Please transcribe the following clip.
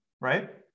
right